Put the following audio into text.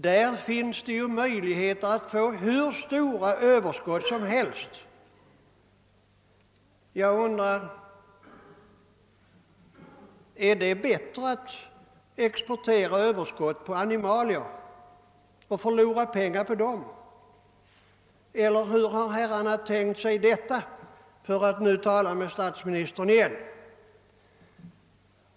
Där finns det möjlighet att få hur stora överskott som helst. Och då frågar jag: är det mera försvarligt att exportera överskott på animalier och förlora pengar på dem än att exportera vegetabilier, eller hur har herrarna tänkt sig detta — för att nu åter tala med statsministern?